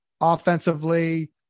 Offensively